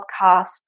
podcast